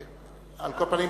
על כל פנים,